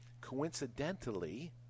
Coincidentally